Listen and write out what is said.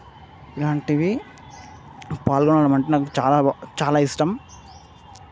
ఇలాంటివి పాల్గొనడం అంటే నాకు చాలా బా చాలా ఇష్టం